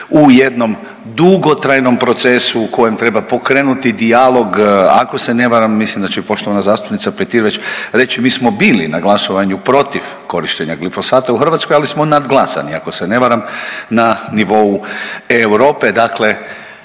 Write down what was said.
u jednom dugotrajnom procesu u kojem treba pokrenuti dijalog ako se ne varam. Mislim da će i poštovana zastupnica Petir već reći mi smo bili na glasovanju protiv korištenja glifosata u Hrvatskoj, ali smo nadglasani ako se ne varam na nivou Europe.